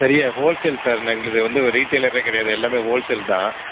பெரிய wholesale sir எங்களது வந்து ரீடெயிலரே கிடையாது எல்லாமே ஹோல் சேல் தான்